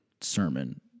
sermon